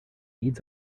needs